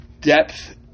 depth